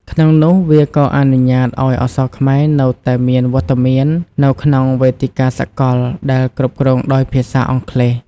ក្នុងនោះ វាក៏អនុញ្ញាតឱ្យអក្សរខ្មែរនៅតែមានវត្តមាននៅក្នុងវេទិកាសកលដែលគ្រប់គ្រងដោយភាសាអង់គ្លេស។